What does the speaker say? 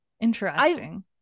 Interesting